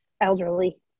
elderly